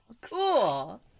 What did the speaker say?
Cool